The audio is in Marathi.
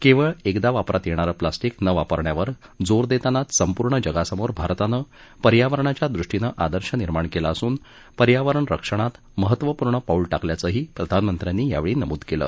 केवळ एकदा वापरात येणारे प्लास्टीक न वापरण्यावर जोर देतानाच संपूर्ण जगासमोर भारतानं पर्यावरणाच्या दृष्टीनं आदर्श निर्माण केला असून पर्यावरण रक्षणामध्ये महत्त्वपूर्ण पाऊल टाकल्याचंही प्रधानमंत्र्यांनी यावेळी नमूद केलं